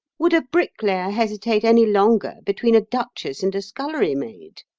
would a bricklayer hesitate any longer between a duchess and a scullery maid?